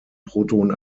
proton